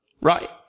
Right